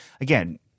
Again